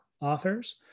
authors